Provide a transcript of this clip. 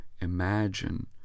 imagine